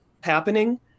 happening